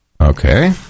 Okay